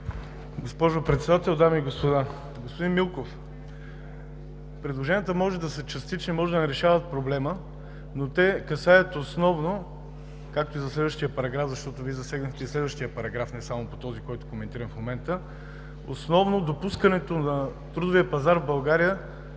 Госпожо Председател, дами и господа! Господин Милков, предложенията може да са частични, може да не решават проблема, но те касаят основно, както и за следващия параграф, защото Вие засегнахте и следващия параграф, не само по този, който коментираме в момента, допускането на трудовия пазар в България,